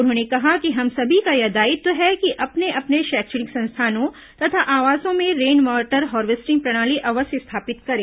उन्होंने कहा कि हम सभी का यह दायित्व है कि अपने अपने शैक्षणिक संस्थानों तथा आवासों में रेन वाटर हार्वेस्टिंग प्रणाली अवश्य स्थापित करें